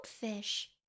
goldfish